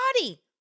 body